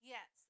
Yes